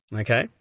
okay